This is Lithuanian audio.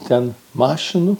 ten mašinų